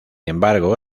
embargo